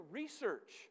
research